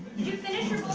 you finish